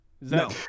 No